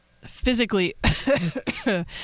physically